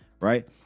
right